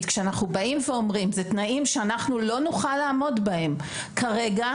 כשאנחנו באים ואומרים שאלה תנאים שאנחנו לא נוכל לעמוד בהם כרגע,